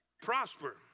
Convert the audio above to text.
Prosper